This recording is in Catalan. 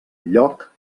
lloc